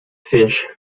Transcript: fish